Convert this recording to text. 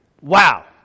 wow